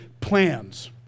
plans